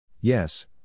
Yes